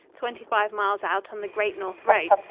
twenty-five miles out on the great north road.